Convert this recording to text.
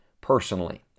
personally